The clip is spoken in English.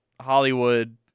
Hollywood